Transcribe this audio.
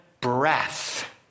breath